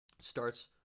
Starts